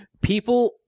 People